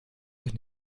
euch